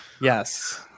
yes